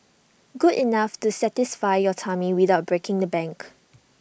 good enough to satisfy your tummy without breaking the bank